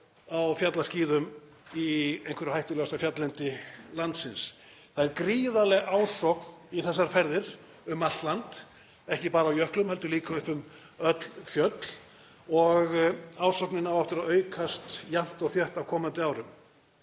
á fjallaskíðum í einhverju hættulegasta fjalllendi landsins. Það er gríðarleg ásókn í þessar ferðir um allt land, ekki bara á jöklum heldur líka upp um öll fjöll, og ásóknin á eftir að aukast jafnt og þétt á komandi árum.